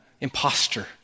imposter